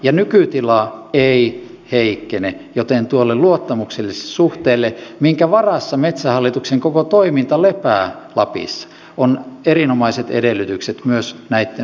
ja nykytila ei heikkene joten tuolle luottamukselliselle suhteelle minkä varassa metsähallituksen koko toiminta lepää lapissa on erinomaiset edellytykset myös näitten lakimuutosten jälkeen